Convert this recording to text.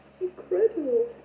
incredible